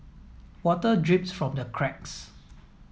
water drips from the cracks